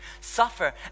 suffer